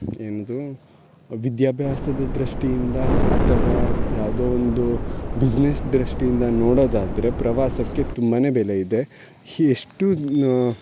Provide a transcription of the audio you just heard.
ಏನಿದು ವಿದ್ಯಾಭ್ಯಾಸದ ದೃಷ್ಟಿಯಿಂದ ಅಥವಾ ಯಾವುದೊ ಒಂದು ಬಿಸ್ನೆಸ್ ದೃಷ್ಟಿಯಿಂದ ನೋಡೋದಾದರೆ ಪ್ರವಾಸಕ್ಕೆ ತುಂಬಾ ಬೆಲೆ ಇದೆ ಹಿ ಎಷ್ಟು